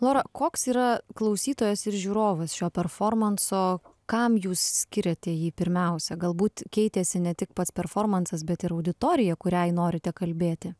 lora koks yra klausytojas ir žiūrovas šio performanso kam jūs skiriate jį pirmiausia galbūt keitėsi ne tik pats performansas bet ir auditorija kuriai norite kalbėti